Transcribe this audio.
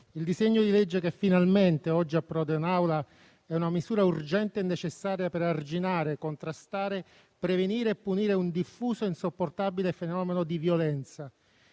il disegno di legge che finalmente oggi approda per la discussione in Aula è una misura urgente e necessaria per arginare, contrastare, prevenire e punire un diffuso e insopportabile fenomeno di violenza.